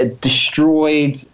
destroyed